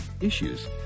issues